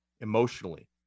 emotionally